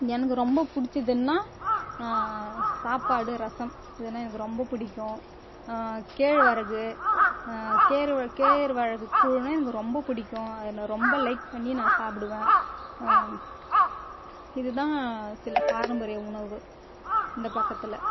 எனக்கு ரொம்ப பிடிச்சதுன்னா சாப்பாடு ரசம் இதுனால் எனக்கு ரொம்ப பிடிக்கும் கேழ்வரகு கேருவ கேருவழகுக் கூழ்னால் எனக்கு ரொம்ப பிடிக்கும் அது நான் ரொம்ப லைக் பண்ணி நான் சாப்பிடுவேன் இதுதான் சில பாரம்பரிய உணவு இந்த பக்கத்தில்